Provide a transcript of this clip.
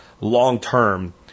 long-term